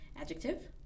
Adjective